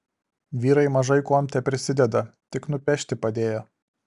vyrai mažai kuom teprisideda tik nupešti padėjo